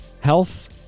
Health